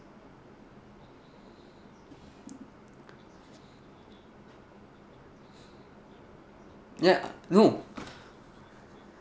yeah no